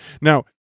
Now